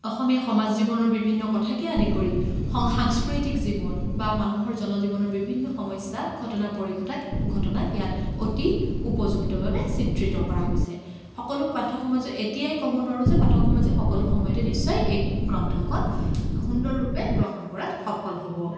অসমীয়া সমাজ জীৱনৰ বিভিন্ন কথাকে আদি কৰি সং সাংস্কৃতিক জীৱন বা মানুহৰ জনজীৱনৰ বিভিন্ন সমস্যা ঘটনা পৰিঘটা ঘটনাক ইয়াক অতি উপযুক্তভাৱে চিত্ৰিত কৰা হৈছে সকলো পাঠক সমাজক এতিয়াই ক'ব নোৱাৰোঁ যে পাঠক সমাজে সকলো সময়তে নিশ্চয় এই গ্ৰন্থখন সুন্দৰৰূপে গ্ৰহণ কৰাত সফল হ'ব